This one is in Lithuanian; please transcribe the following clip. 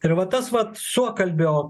ir va tas vat suokalbio